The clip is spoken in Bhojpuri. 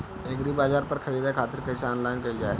एग्रीबाजार पर खरीदे खातिर कइसे ऑनलाइन कइल जाए?